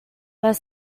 but